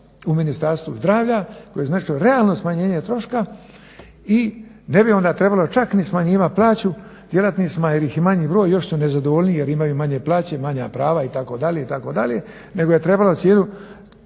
u Ministarstvu zdravlja koje bi značilo realno smanjenje troška i ne bi onda trebalo čak ni smanjivat plaću djelatnicima jer ih je manji broj i još su nezadovoljniji jer imaju manje plaće, manja prava itd., nego je trebalo cijeli